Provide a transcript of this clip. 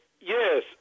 Yes